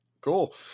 cool